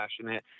passionate